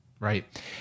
Right